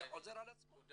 זה חוזר על עצמו.